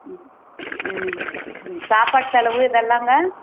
ம் ம் ம் சாப்பாட்டு செலவு இதெல்லாங்க